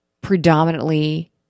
predominantly